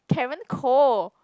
Karen Koh